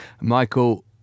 Michael